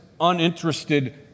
uninterested